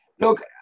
look